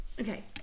Okay